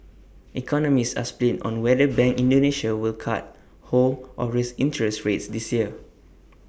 economists are split on whether bank Indonesia will cut hold or raise interest rates this year